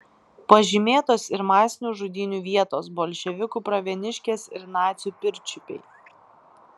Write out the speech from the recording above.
pažymėtos ir masinių žudynių vietos bolševikų pravieniškės ir nacių pirčiupiai